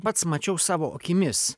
pats mačiau savo akimis